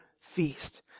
feast